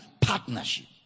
partnership